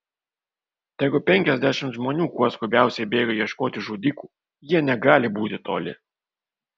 tegu penkiasdešimt žmonių kuo skubiausiai bėga ieškoti žudikų jie negali būti toli